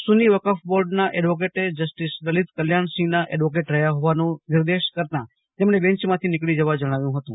સુન્ની વકફ બોર્ડના એડવોકેટે જસ્ટીસ લલિત કલ્યાણસિંહના એડવોકેટ રહ્યા હોવાનો નિર્દેશ કરતાં તેમણે બેન્ચમાંથી નીકળી જવા જણાવ્યું હતું